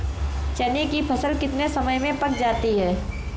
चने की फसल कितने समय में पक जाती है?